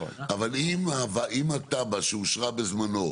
אם התב"ע שאושרה בזמנו,